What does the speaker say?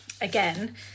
Again